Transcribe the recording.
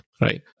right